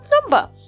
number